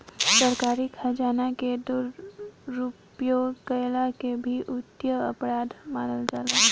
सरकारी खजाना के दुरुपयोग कईला के भी वित्तीय अपराध मानल जाला